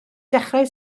dechrau